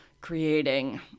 creating